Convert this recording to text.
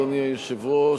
אדוני היושב-ראש,